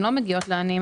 הן לא מגיעות לעניים.